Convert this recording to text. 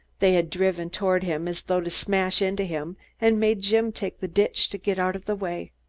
they had driven toward him as though to smash into him and made jim take the ditch to get out of the way.